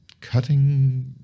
cutting